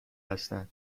هستن